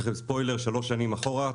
אני אעשה לכם ספוילר שלוש שנים אחורה,